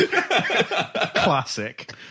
classic